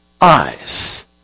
eyes